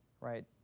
right